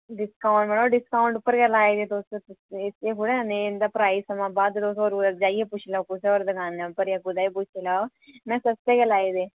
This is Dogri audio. डिस्कांट मड़ो डिस्कांट उप्पर गै लाए दे तुस एह् थोह्ड़ा ना ऐ इं'दा प्राइस समा बद्ध तुस होर कुतै जाइयै पुच्छी लैओ कुतै होर दकाना पर जां कुतै बी पुच्छी लैओ में सस्ते गै लाए दे न